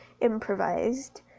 improvised